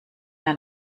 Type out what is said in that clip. ein